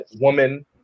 woman